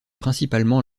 principalement